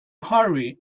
hurry